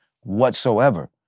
whatsoever